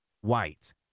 White